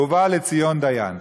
ובא לציון דיין.